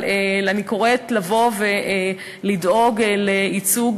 אני קוראת לבוא ולדאוג לייצוג